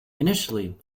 initially